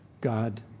God